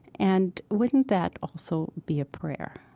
and wouldn't that also be a prayer?